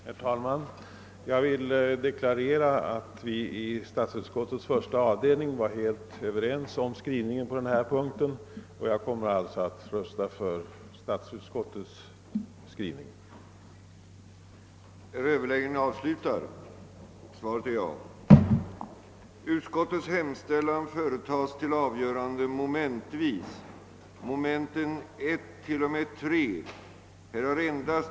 Herr talman! Jag vill deklarera att vi i statsutskottets första avdelning var helt överens om skrivningen på denna punkt. Jag kommer alltså att rösta för statsutskottets förslag.